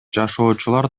жашоочулар